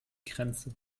grenze